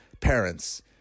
parents